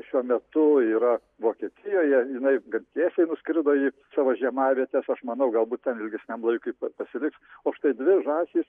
šiuo metu yra vokietijoje jinai gan tiesiai nuskrido į savo žiemavietes aš manau galbūt ilgesniam laikui pa pasiliks o štai dvi žąsys